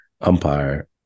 umpire